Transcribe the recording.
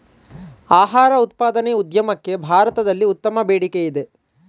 ಆಹಾರ ಉತ್ಪಾದನೆ ಉದ್ಯಮಕ್ಕೆ ಭಾರತದಲ್ಲಿ ಉತ್ತಮ ಬೇಡಿಕೆಯಿದೆ